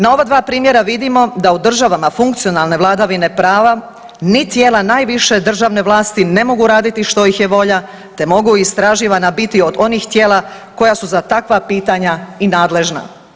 Na ova dva primjera vidimo da u državama funkcionalne vladavine prava ni tijela najviše državne vlasti ne mogu raditi što ih je volja, te mogu istraživana biti od onih tijela koja su za takva pitanja i nadležna.